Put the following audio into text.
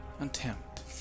attempt